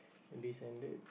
this and that